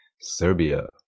Serbia